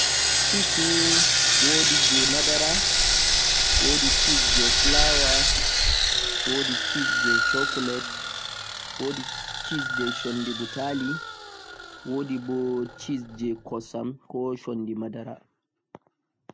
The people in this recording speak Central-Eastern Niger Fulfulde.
cheese nii wodi je madara, flawa, chocolate, shundii butali be je kosam